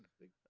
big